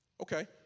Okay